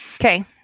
Okay